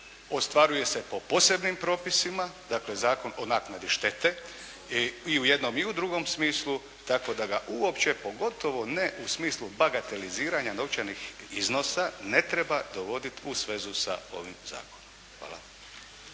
ostvaruje se po posebnim propisima, dakle, Zakon o naknadi štete i u jednom i u drugom smislu, tako da ga uopće, pogotovo ne u smislu bagatelizirana novčanih iznosa ne treba dovoditi u svezu sa ovim zakonom. Hvala.